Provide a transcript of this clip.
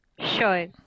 Sure